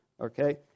okay